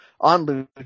on